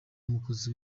umukozi